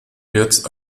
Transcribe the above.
jetzt